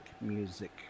music